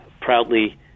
proudly